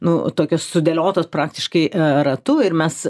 nu tokios sudėliotos praktiškai ratu ir mes